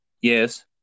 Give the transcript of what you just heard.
yes